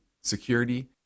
security